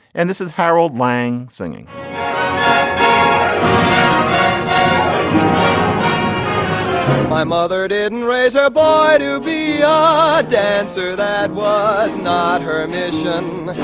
and this is harold lang singing um my mother didn't raise her boy to be yeah a dancer. that was not her mission.